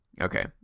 Okay